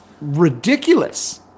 ridiculous